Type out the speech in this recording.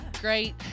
great